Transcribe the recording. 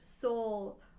soul